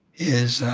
is